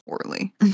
poorly